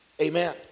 Amen